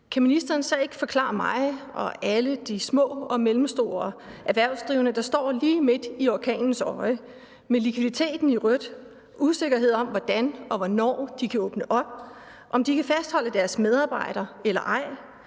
kan ministeren så ikke forklare for mig og alle de små og mellemstore erhvervsdrivende – der står lige midt i orkanens øje med likviditeten i rødt, usikkerhed om, hvordan og hvornår de kan åbne op – om de kan fastholde deres medarbejdere eller ej?